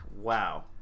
wow